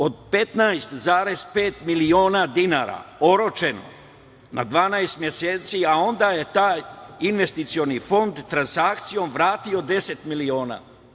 Od 15,5 miliona dinara, oročeno na 12 meseci, a onda je taj investicioni fond transakcijom vratio 10 miliona.